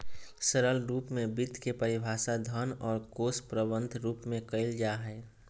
सरल रूप में वित्त के परिभाषा धन और कोश प्रबन्धन रूप में कइल जा हइ